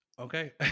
okay